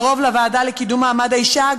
על-פי רוב לוועדה לקידום מעמד האישה,